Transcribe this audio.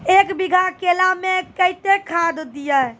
एक बीघा केला मैं कत्तेक खाद दिये?